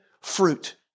fruit